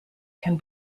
can